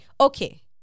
okay